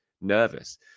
nervous